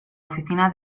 oficina